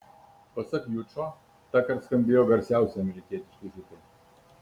pasak jučo tąkart skambėjo garsiausi amerikietiški hitai